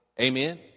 amen